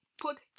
put